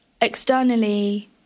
externally